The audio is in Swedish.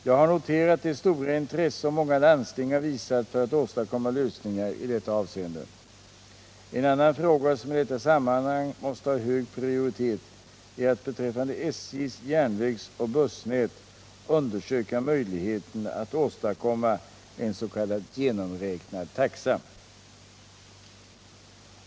Jag har noterat det stora intresse som många landsting visat för att åstadkomma lösningar i detta avseende. En annan fråga som i detta sammanhang måste ha hög prioritet är att beträffande SJ:s järnvägsoch bussnät undersöka möjligheten att åstadkomma en s.k. genomräknad taxa.